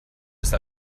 ist